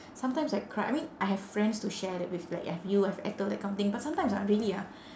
sometimes I cry I mean I have friends to share that with like I have you I have ethel that kind of thing but sometimes ah really ah